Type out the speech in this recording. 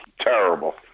Terrible